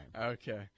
Okay